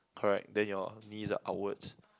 correct then your knees are outwards